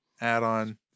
add-on